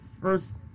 first